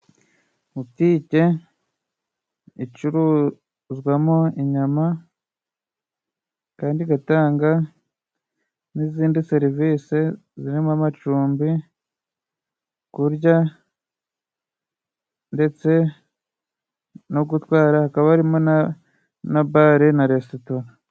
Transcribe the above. Botike icuruzwamo inyama kandi igatanga n'izindi serivisi zirimo amacumbi kurya ndetse no gutwara hakaba harimo na bare na resitora.